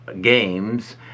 Games